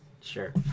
Sure